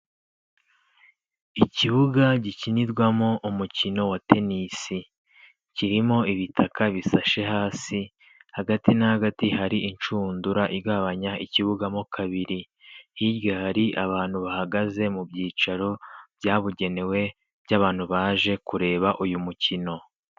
Ikibuga gikinirwamo umukino wa tenisi, kirimo ibitaka bisashe hasi, hagati na hagati hari inshundura igabanya ikibuga mo kabiri, hirya hari abantu bahagaze mu byicaro byabugenewe by'abantu baje kureba uyu mukino.